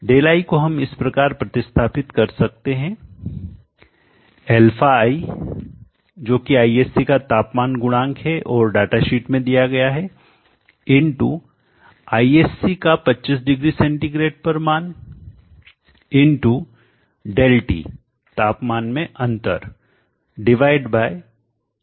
Δi को हम इस प्रकार प्रति स्थापित कर सकते हैं αi जोकि ISC का तापमान गुणांक है और डाटा शीट में दिया गया है ISC का 25 डिग्री सेंटीग्रेड पर मान ΔT तापमान में अंतर डिवाइड बाय 100